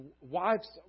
wives